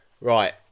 right